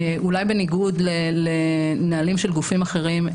אולי בניגוד לנהלים של גופים אחרים,